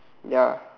ya